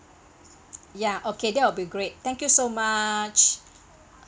ya okay that will be great thank you so much